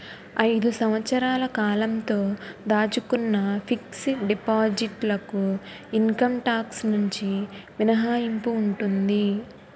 ఐదు సంవత్సరాల కాలంతో దాచుకున్న ఫిక్స్ డిపాజిట్ లకు ఇన్కమ్ టాక్స్ నుంచి మినహాయింపు ఉంటుంది